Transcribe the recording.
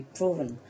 proven